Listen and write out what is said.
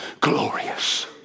glorious